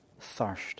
thirst